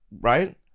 Right